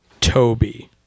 Toby